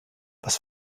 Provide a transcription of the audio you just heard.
was